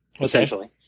essentially